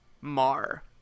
Mar